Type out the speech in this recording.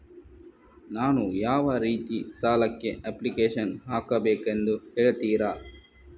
ನಾನು ಯಾವ ರೀತಿ ಸಾಲಕ್ಕೆ ಅಪ್ಲಿಕೇಶನ್ ಹಾಕಬೇಕೆಂದು ಹೇಳ್ತಿರಾ?